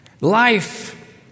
Life